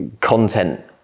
content